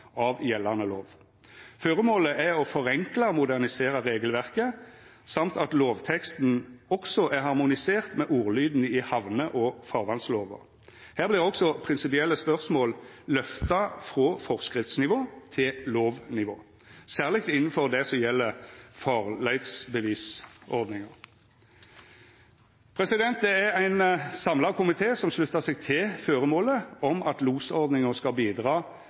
av gjeldande lov. Føremålet er å forenkla og modernisera regelverket, og at lovteksten også er harmonisert med ordlyden i hamne- og farvasslova. Her vert også prinsipielle spørsmål løfta frå forskriftsnivå til lovnivå, særleg innanfor det som gjeld farleisbevisordninga. Det er ein samla komité som sluttar seg til føremålet om at losordninga skal bidra